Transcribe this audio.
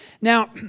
Now